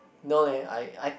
no leh I I